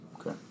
Okay